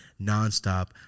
nonstop